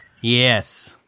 Yes